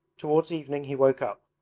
towards evening he woke up,